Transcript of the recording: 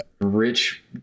rich